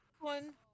one